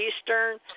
Eastern